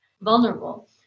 vulnerable